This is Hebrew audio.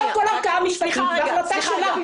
כל ערכאה משפטית וההחלטה שלה.